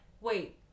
wait